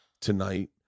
tonight